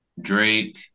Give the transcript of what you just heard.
Drake